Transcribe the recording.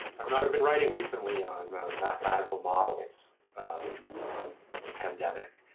i mean i have been writing recently on mathematical models of the pandemic.